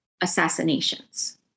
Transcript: assassinations